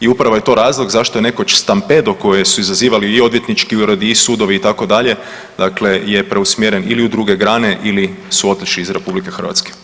I upravo je to razlog zašto je nekoć stampedo koje su izazivali i odvjetnički uredi i sudovi, itd., dakle je preusmjeren ili u druge grade ili su otišli iz RH.